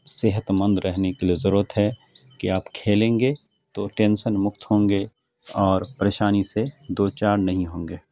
صحت مند رہنے کے لیے ضرورت ہے کہ آپ کھیلیں گے تو ٹینسن مکت ہوں گے اور پریشانی سے دو چار نہیں ہوں گے